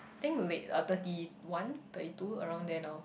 I think late uh thirty one thirty two around there now